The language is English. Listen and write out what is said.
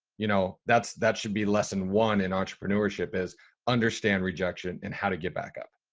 you know, that's, that should be less than one in entrepreneurship is understand rejection and how to get back up.